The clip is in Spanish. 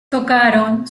tocaron